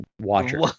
watcher